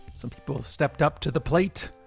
some people stepped up to the plate,